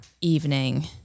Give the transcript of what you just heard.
evening